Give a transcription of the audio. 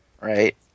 right